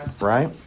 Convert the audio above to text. right